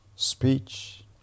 Speech